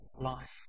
life